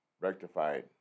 rectified